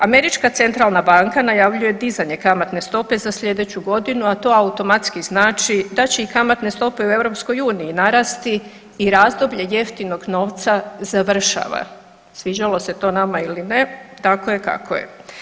Američka centralna banka najavljuje dizanje kamatne stope za slijedeću godinu, a to automatski znači da će i kamatne stope u EU narasti i razdoblje jeftinog novca završava, sviđalo se to nama ili ne, tako je kako je.